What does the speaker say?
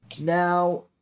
Now